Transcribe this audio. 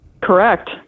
Correct